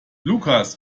lukas